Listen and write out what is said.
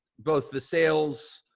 both the sales,